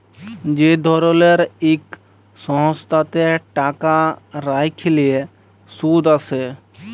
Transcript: যে ধরলের ইক সংস্থাতে টাকা রাইখলে সুদ আসে